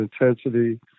intensity